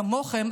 כמוכם,